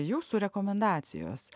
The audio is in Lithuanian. jūsų rekomendacijos